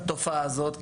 על התופעה הזאת.